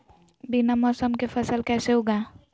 बिना मौसम के फसल कैसे उगाएं?